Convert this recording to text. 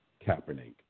Kaepernick